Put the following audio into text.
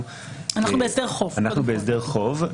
אנחנו בהסדר חוב.